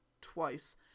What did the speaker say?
twice